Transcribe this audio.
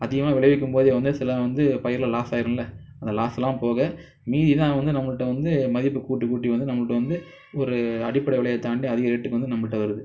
அதிகமாக விளைவிக்கும் போது வந்து சில வந்து பயிர்லாம் லாஸாயிருமில்லை அந்த லாஸ்லாம் போக மீதி தான் வந்து நம்மள்ட்ட வந்து மதிப்பு கூட்டி கூட்டி வந்து நம்மள்ட்ட வந்து ஒரு அடிப்பட விலயத்தாண்டி அதிக ரேட்டுக்கு வந்து நம்மள்ட்ட வருது